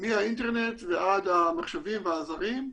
מהאינטרנט ועד המחשבים והעזרים,